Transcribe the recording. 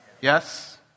Yes